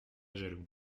jaloux